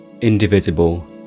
indivisible